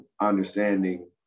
understanding